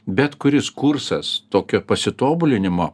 bet kuris kursas tokio pasitobulinimo